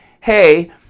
hey